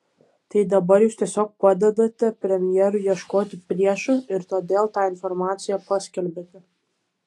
tai dabar jūs tiesiog padedate premjerui ieškoti priešų ir todėl tą informaciją paskelbėte